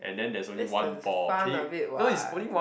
that's the fun of it what